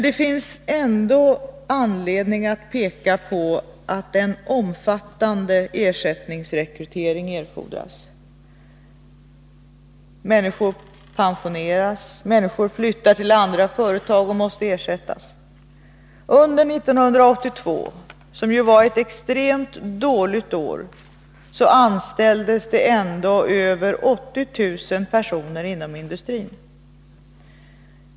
Det finns ändå anledning att peka på att en omfattande ersättningsrekrytering erfordras. Människor pensioneras, flyttar till andra företag och måste ersättas. Under 1982, som ju var ett extremt dåligt år, anställdes det ändå över 80 000 personer inom industrin.